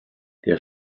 der